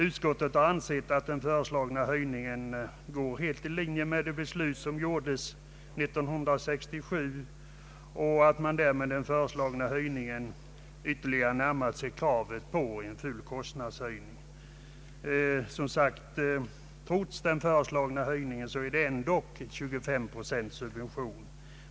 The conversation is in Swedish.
Utskottet anser att den föreslagna höjningen helt går i linje med det beslut som fattades 1967 och att man med den nu föreslagna höjningen ytterligare närmar sig kravet på full kostnadstäckning. Trots den föreslagna höjningen har vi dock här, som jag redan sagt, alltjämt 25 procents subvention.